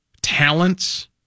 talents